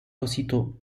aussitôt